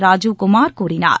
ராஜீவ் குமார் கூறினார்